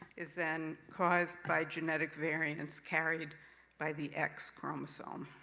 is then caused by genetic variance carried by the x chromosome.